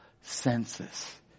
senses